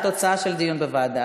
כנראה זו התוצאה של הדיון בוועדה.